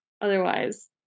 otherwise